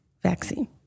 vaccine